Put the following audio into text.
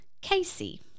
Casey